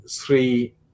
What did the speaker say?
three